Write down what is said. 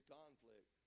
conflict